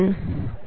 ફરીથી એ જ કોણ છે